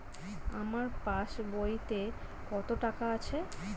আমার পাস বইতে কত টাকা আছে?